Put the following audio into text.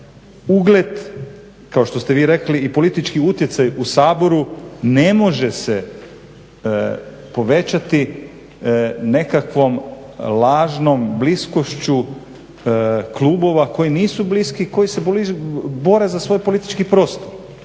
Ugled kao što ste vi rekli i politički utjecaj u Saboru ne može se povećati nekakvom lažnom bliskošću klubova koji nisu bliski koji se bore za svoj politički prostor.